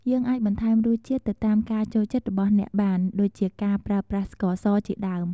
យើងអាចបន្ថែមរសជាតិទៅតាមការចូលចិត្តរបស់អ្នកបានដូចជាការប្រើប្រាស់ស្កសរជាដើម។